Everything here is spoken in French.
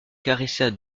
caressait